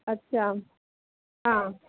अच्छा हाँ